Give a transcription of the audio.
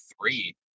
three